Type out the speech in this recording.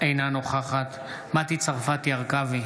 אינה נוכחת מטי צרפתי הרכבי,